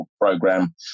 program